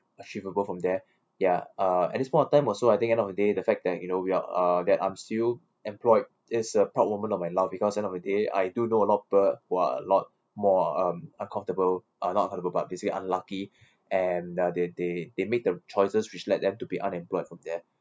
achievable from there ya uh at this point of time also I think end of the day the fact and you know we are uh that I'm still employed is a proud moment of my life because end of the day I do know a lot of people who are a lot more um uncomfortable uh not uncomfortable but basically unlucky and uh they they they made the choices which led them to be unemployed from there